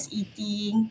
eating